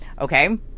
Okay